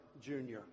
Jr